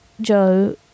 Joe